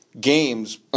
games